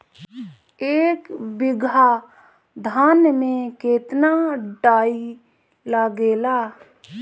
एक बीगहा धान में केतना डाई लागेला?